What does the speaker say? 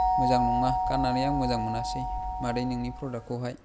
मोजां नङा गान्नानै आं मोजां मोनासै मादै नोंनि प्रदाक्तखौहाय